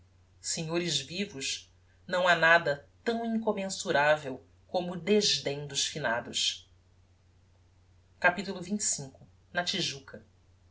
senhores vivos não ha nada tão incommensuravel como o desdem dos finados capitulo xxv na tijuca